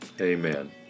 Amen